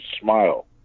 Smile